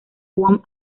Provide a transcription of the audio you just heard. wong